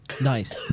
Nice